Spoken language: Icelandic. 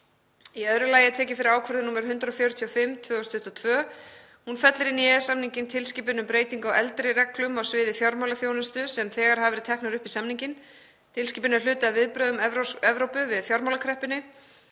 Í öðru lagi er tekin fyrir ákvörðun nr. 145/2022. Hún fellir inn í EES-samninginn tilskipun um breytingu á eldri reglum á sviði fjármálaþjónustu sem þegar hafa verið teknar upp í samninginn. Tilskipunin er hluti af viðbrögðum Evrópu við fjármálakreppunni.